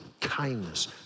kindness